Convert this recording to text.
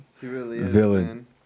villain